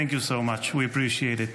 Thank you so much, we appreciate it.